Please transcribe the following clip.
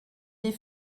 des